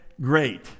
Great